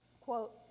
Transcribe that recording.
quote